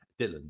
dylan